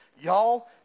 Y'all